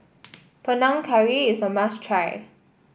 Panang Curry is a must try